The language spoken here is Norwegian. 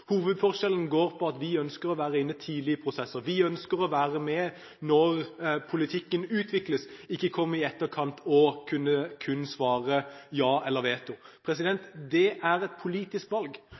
Hovedforskjellen går på at vi ønsker å være inne tidlig i prosesser, vi ønsker å være med når politikken utvikles, ikke komme i etterkant og bare kunne svare ja eller med veto. Det er et politisk valg.